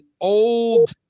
old